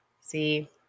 See